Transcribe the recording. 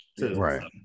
Right